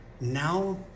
now